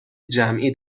جمعی